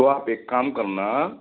तो आप एक काम करना